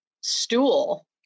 stool